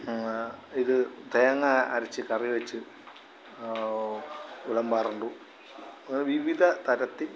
ഇത് തേങ്ങ അരച്ച് കറിവെച്ച് വിളമ്പാറുണ്ടു അങ്ങനെ വിവിധതരത്തിൽ